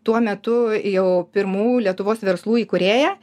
tuo metu jau pirmų lietuvos verslų įkūrėją